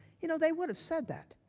you know they would have said that.